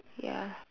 ya